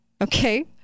okay